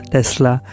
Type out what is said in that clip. Tesla